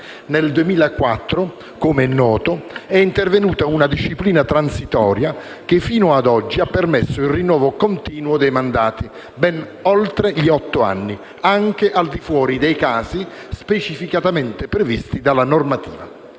Nel 2004 - com'è noto - è intervenuta una disciplina transitoria che, fino ad oggi, ha permesso il rinnovo continuo dei mandati ben oltre gli otto anni, anche al di fuori dei casi specificamente previsti dalla normativa.